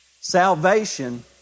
Salvation